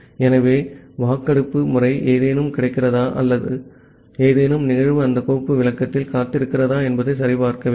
ஆகவே இந்த வாக்கெடுப்பு முறை ஏதேனும் கிடைக்கிறதா அல்லது ஏதேனும் நிகழ்வு அந்த கோப்பு விளக்கத்தில் காத்திருக்கிறதா என்பதை சரிபார்க்க வேண்டும்